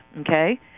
Okay